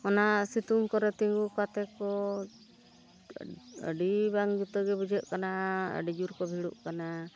ᱚᱱᱟ ᱥᱤᱛᱩᱝ ᱠᱚᱨᱮ ᱛᱤᱜᱩ ᱠᱟᱛᱮ ᱠᱚ ᱟᱹᱰᱤ ᱵᱟᱝ ᱡᱩᱛᱟᱹ ᱜᱮ ᱵᱩᱡᱷᱟᱹᱜ ᱠᱟᱱᱟ ᱟᱹᱰᱤ ᱡᱳᱨ ᱠᱚ ᱵᱷᱤᱲᱚᱜ ᱠᱟᱱᱟ